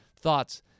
thoughts